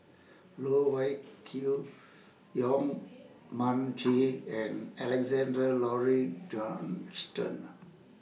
Loh Wai Kiew Yong Mun Chee and Alexander Laurie Johnston